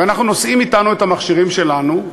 ואנחנו נושאים אתנו את המכשירים שלנו,